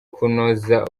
kunoza